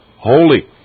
holy